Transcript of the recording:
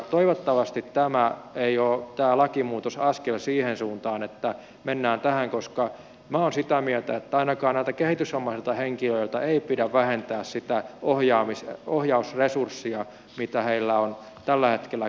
toivottavasti tämä lakimuutos ei ole askel siihen suuntaan että mennään tähän koska minä olen sitä mieltä että ainakaan näiltä kehitysvammaisilta henkilöiltä ei pidä vähentää sitä ohjausresurssia mitä heillä on tällä hetkellä käytössään